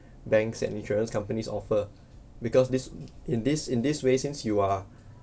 banks and insurance companies offer because this in this in this way since you are